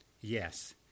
Yes